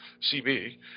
CB